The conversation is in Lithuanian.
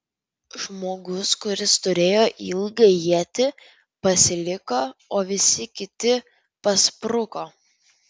žmogus kuris turėjo ilgą ietį pasiliko o visi kiti paspruko